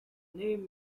name